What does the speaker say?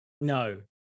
No